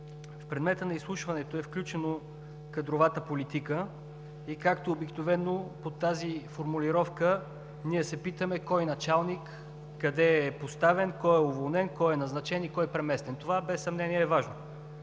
В предмета на изслушването е включена кадровата политика и, както обикновено, под тази формулировка ние се питаме: кой е началник, къде е поставен, кой е уволнен, кой е назначен и кой е преместен? Това без съмнение е важно,